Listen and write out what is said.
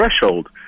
threshold